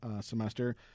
semester